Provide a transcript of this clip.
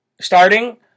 starting